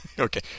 okay